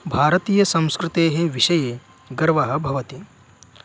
भारतीयसंस्कृतेः विषये गर्वः भवति